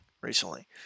recently